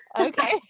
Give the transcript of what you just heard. Okay